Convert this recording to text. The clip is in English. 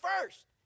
first